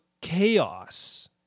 chaos